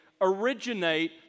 originate